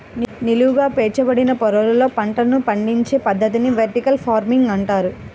నిలువుగా పేర్చబడిన పొరలలో పంటలను పండించే పద్ధతిని వెర్టికల్ ఫార్మింగ్ అంటారు